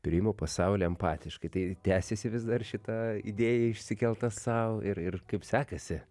priimu pasaulį empatiškai tai tęsiasi vis dar šita idėja išsikelta sau ir ir kaip sekasi